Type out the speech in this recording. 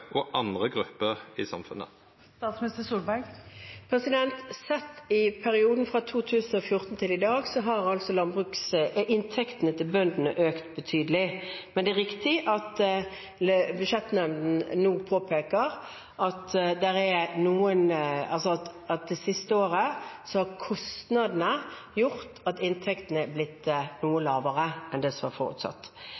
og andre grupper i samfunnet? Sett i perioden fra 2014 til i dag har inntektene til bøndene økt betydelig. Men det er riktig at Budsjettnemnda nå påpeker at det siste året har kostnadene gjort at inntektene har blitt noe lavere enn det som var forutsatt. Reduksjonen skyldes spesielt to forhold. Det ene er at det er